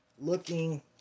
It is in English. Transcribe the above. looking